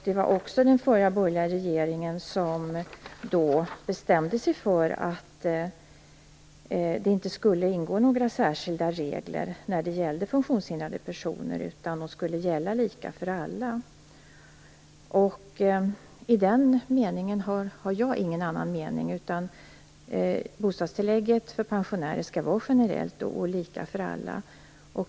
Det var också den förra borgerliga regeringen som bestämde sig för att det inte skulle ingå några särskilda regler när det gällde funktionshindrade personer, utan de skulle gälla lika för alla. Där har jag ingen annan mening. Bostadstillägget för pensionärer skall vara generellt och lika för alla.